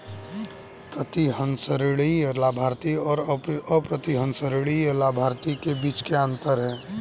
प्रतिसंहरणीय लाभार्थी और अप्रतिसंहरणीय लाभार्थी के बीच क्या अंतर है?